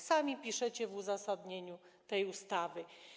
Sami tak piszecie w uzasadnieniu tej ustawy.